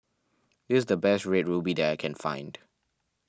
this the best Red Ruby that I can find